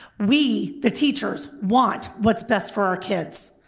we, the teachers, want what's best for our kids.